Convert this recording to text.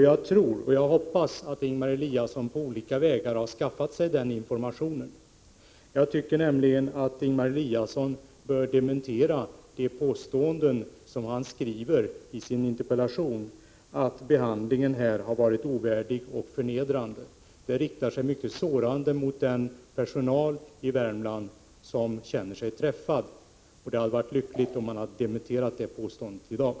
Jag tror och hoppas att Ingemar Eliasson på olika vägar har skaffat sig den informationen. Jag tycker att Ingemar Eliasson bör ta tillbaka påståendet i sin interpellation, att behandlingen har varit ovärdig och förnedrande. Det påståendet riktar sig mycket sårande mot den personal i Värmland som känner sig träffad. Det hade varit lyckligt om Ingemar Eliasson i dag hade tagit tillbaka det påståendet.